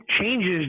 changes